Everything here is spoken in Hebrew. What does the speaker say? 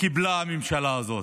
קיבלה הממשלה הזאת: